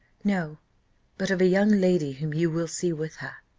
no but of a young lady whom you will see with her.